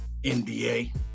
NBA